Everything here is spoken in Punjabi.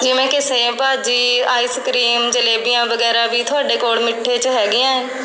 ਜਿਵੇਂ ਕਿ ਸੇਮ ਭਾਅ ਜੀ ਆਈਸ ਕ੍ਰੀਮ ਜਲੇਬੀਆਂ ਵਗੈਰਾ ਵੀ ਤੁਹਾਡੇ ਕੋਲ ਮਿੱਠੇ 'ਚ ਹੈਗੇ ਹੈ